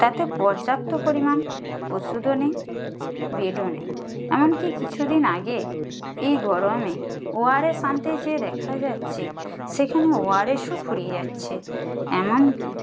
তাতে পর্যাপ্ত পরিমাণ ওষুধও নেই বেডও নেই এমন কি কিছু দিন আগে এই গরমে ওআরএস আনতে যেয়ে দেখা যাচ্ছে সেখানে ওআরএসও ফুরিয়ে যাচ্ছে এমন কি